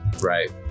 Right